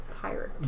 pirate